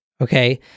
Okay